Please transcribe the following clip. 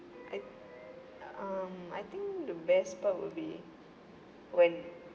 I um I think the best part will be when